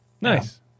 Nice